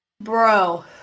Bro